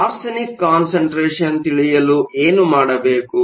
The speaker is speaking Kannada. ಆದ್ದರಿಂದ ಆರ್ಸೆನಿಕ್ ಕಾನ್ಸಂಟ್ರೇಷನ್ ತಿಳಿಯಲು ಏನು ಮಾಡಬೇಕು